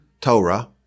Torah